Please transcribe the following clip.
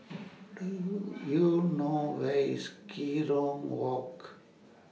Do YOU know Where IS Kerong Walk